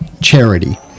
charity